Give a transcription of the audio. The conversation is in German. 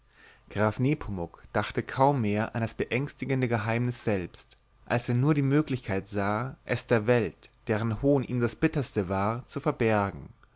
graf nepomuk dachte kaum mehr an das beängstigende geheimnis selbst als er nur die möglichkeit sah es der welt deren hohn ihm das bitterste war zu verbergen